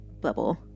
bubble